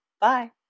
Bye